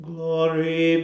Glory